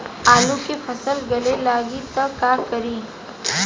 आलू के फ़सल गले लागी त का करी?